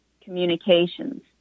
Communications